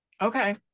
Okay